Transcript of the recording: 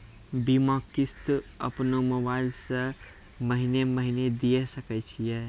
बीमा किस्त अपनो मोबाइल से महीने महीने दिए सकय छियै?